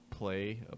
play